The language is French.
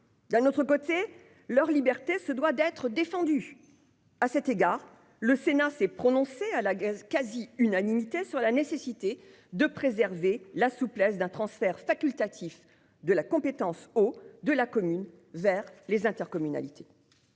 D'un autre côté, leur liberté se doit d'être défendue. À cet égard, le Sénat s'est prononcé, à la quasi-unanimité, sur la nécessité de préserver la souplesse d'un transfert facultatif de la compétence eau et assainissement de la commune vers les intercommunalités,